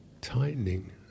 tightening